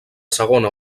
segona